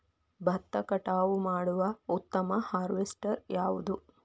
ಭತ್ತ ಕಟಾವು ಮಾಡುವ ಉತ್ತಮ ಹಾರ್ವೇಸ್ಟರ್ ಯಾವುದು?